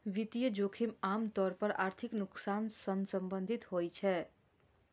वित्तीय जोखिम आम तौर पर आर्थिक नुकसान सं संबंधित होइ छै